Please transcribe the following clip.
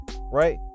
right